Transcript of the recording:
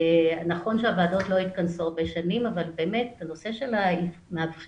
נכון שהוועדות לא התכנסו הרבה שנים אבל באמת בנושא של המאבחנים,